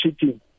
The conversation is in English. cheating